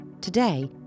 Today